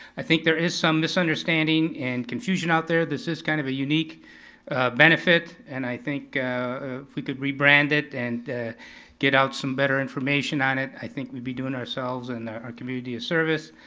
i think there is some misunderstanding and confusion out there, this is kind of a unique benefit, and i think if we could rebrand it, and get out some better information on it, i think we'd be doing ourselves and our community a service.